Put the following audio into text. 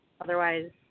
Otherwise